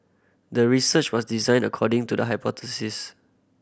the research was designed according to the hypothesis